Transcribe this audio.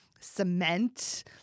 cement